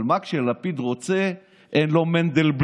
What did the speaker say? אבל מה, כשלפיד רוצה, אין לא מנדלבליט,